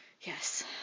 Yes